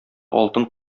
алтын